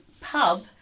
pub